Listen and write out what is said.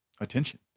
attention